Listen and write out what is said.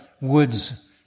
woods